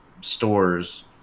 stores